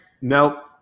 Nope